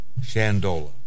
Shandola